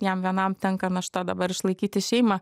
jam vienam tenka našta dabar išlaikyti šeimą